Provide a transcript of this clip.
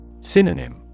Synonym